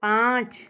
पाँच